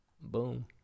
boom